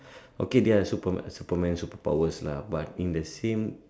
okay there are Superman Superman superpowers lah but in the same